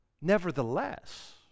nevertheless